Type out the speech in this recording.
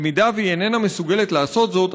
אם איננה מסוגלת לעשות זאת,